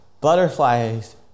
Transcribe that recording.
butterflies